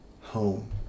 home